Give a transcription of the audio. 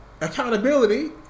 Accountability